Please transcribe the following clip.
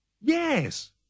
Yes